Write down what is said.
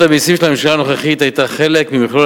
מדיניות המסים של הממשלה הנוכחית היתה חלק ממכלול